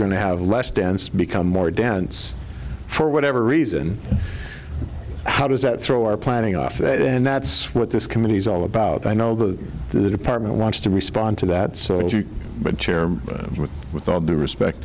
going to have less dance become more dance for whatever reason how does that throw our planning off that and that's what this committee is all about i know that the department wants to respond to that but chair with all due respect